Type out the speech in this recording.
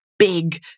Big